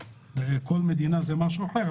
בכל מדינה זה משהו אחר,